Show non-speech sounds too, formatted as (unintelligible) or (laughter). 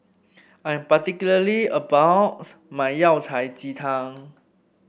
I am particularly about (unintelligible) my Yao Cai Ji Tang